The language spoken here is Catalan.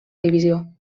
divisió